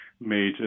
made